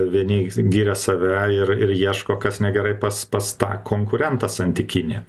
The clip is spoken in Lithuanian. vieni giria save ir ir ieško kas negerai pas pas tą konkurentą santykinį